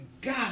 God